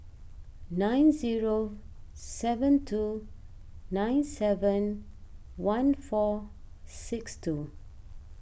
nine zero seven two nine seven one four six two